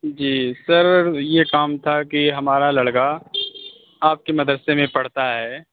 جی sir یہ کام تھا کہ ہمارا لڑکا آپ کے مدرسے میں پڑھتا ہے